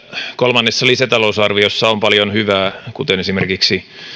kolmannessa lisätalousarviossa on paljon hyvää kuten